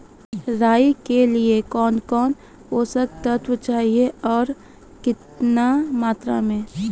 राई के लिए कौन कौन पोसक तत्व चाहिए आरु केतना मात्रा मे?